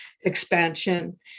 expansion